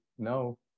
No